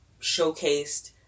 showcased